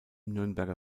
nürnberger